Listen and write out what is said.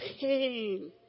pain